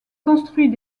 construit